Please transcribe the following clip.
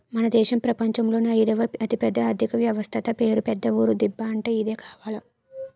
మన దేశం ప్రపంచంలోనే అయిదవ అతిపెద్ద ఆర్థిక వ్యవస్థట పేరు పెద్ద ఊరు దిబ్బ అంటే ఇదే కావాల